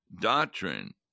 doctrine